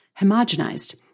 homogenized